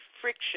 friction